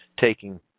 taking